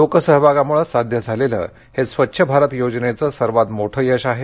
लोकसहभागामुळे साध्य झालेलं हे स्वच्छ भारत योजनेचं सर्वात मोठं यश आहे